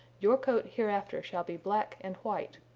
your coat hereafter shall be black and white,